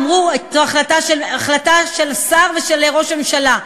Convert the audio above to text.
אמרו: זו החלטה של השר ושל ראש הממשלה,